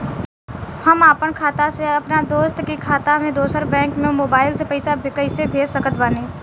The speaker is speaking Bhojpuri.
हम आपन खाता से अपना दोस्त के खाता मे दोसर बैंक मे मोबाइल से पैसा कैसे भेज सकत बानी?